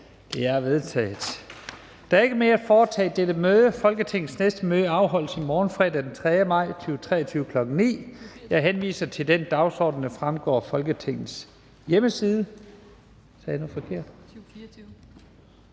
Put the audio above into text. Lahn Jensen): Der er ikke mere at foretage i dette møde. Folketingets næste møde afholdes i morgen, fredag den 3. maj 2024, kl. 9.00. Jeg henviser til den dagsorden, der fremgår af Folketingets hjemmeside.